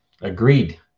Agreed